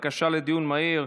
בקשה לדיון מהיר,